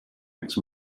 next